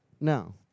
No